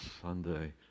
Sunday